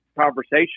conversation